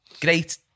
Great